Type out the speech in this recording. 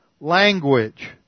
language